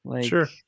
Sure